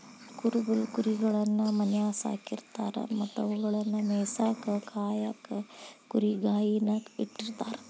ಕುರುಬರು ಕುರಿಗಳನ್ನ ಮನ್ಯಾಗ್ ಸಾಕಿರತಾರ ಮತ್ತ ಅವುಗಳನ್ನ ಮೇಯಿಸಾಕ ಕಾಯಕ ಕುರಿಗಾಹಿ ನ ಇಟ್ಟಿರ್ತಾರ